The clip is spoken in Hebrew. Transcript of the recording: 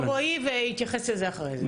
אוקיי, אז רועי יתייחס לזה אחרי, אוקיי?